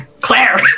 Claire